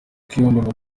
kwibumbira